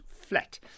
Flat